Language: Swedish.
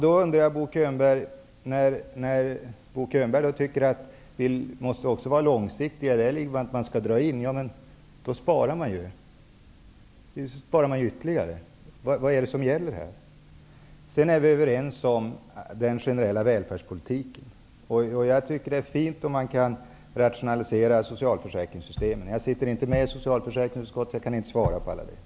Då undrar jag, Bo Könberg: när Bo Könberg tycker att vi måste vara långsiktiga genom att dra in, då sparar man ju ytterligare. Vad är det som gäller här? Vi är överens om den generella välfärdspolitiken. Jag tycker det är fint om man kan rationalisera socialförsäkringssystemen, men jag sitter inte med i socialförsäkringsutskottet och kan inte svara för de frågorna.